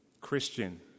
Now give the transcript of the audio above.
Christian